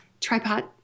tripod